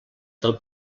del